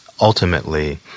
ultimately